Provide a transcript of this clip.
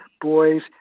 boys